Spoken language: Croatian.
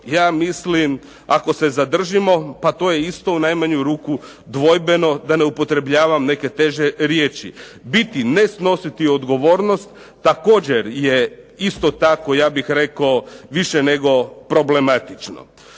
ja mislim ako se zadržimo pa to je isto u najmanju ruku dvojbeno da ne upotrebljavam neke teže riječi. Biti, ne snositi odgovornost također je isto tako ja bih rekao više nego problematično.